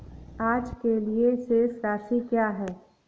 आज के लिए शेष राशि क्या है?